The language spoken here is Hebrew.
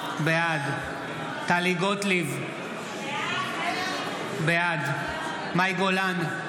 בעד טלי גוטליב, בעד מאי גולן,